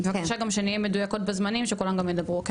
בבקשה שנהיה גם מדויקות בזמנים כדי שכולם ידברו,